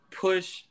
push